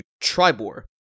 Tribor